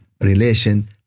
relation